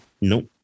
Nope